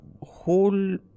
whole